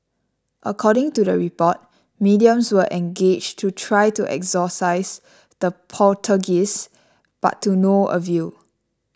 according to the report mediums were engaged to try to exorcise the poltergeists but to no avail